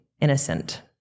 innocent